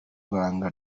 banga